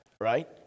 right